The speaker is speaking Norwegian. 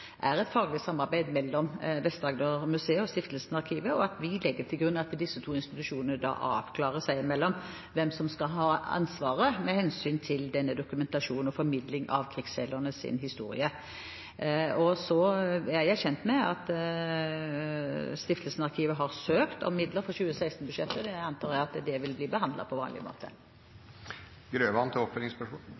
et faglig samarbeid mellom Vest-Agder-museet og Stiftelsen Arkivet, og at vi legger til grunn at de to institusjonene avklarer seg i mellom hvem som skal ha ansvaret med hensyn til denne dokumentasjonen og formidling av krigsseilernes historie. Jeg er kjent med at Stiftelsen Arkivet har søkt om midler for 2016-budsjettet. Det antar jeg vil bli behandlet på vanlig